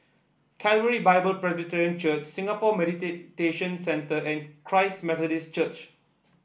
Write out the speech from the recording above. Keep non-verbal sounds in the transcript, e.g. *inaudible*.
Calvary Bible Presbyterian Church Singapore *unintelligible* Centre and Christ Methodist Church